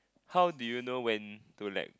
how did you know when to let